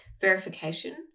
verification